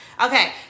Okay